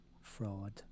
fraud